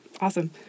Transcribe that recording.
awesome